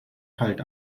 kalt